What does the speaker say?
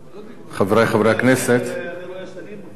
חברי חברי הכנסת, אני רואה שאני מופיע לפני זה.